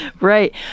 right